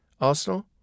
Arsenal